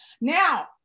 Now